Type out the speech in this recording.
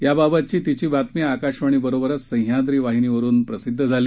याबाबतची तिची बातमी आकाशवाणी बरोबरच सह्याद्री वाहिनीवरून प्रसिद्ध झाली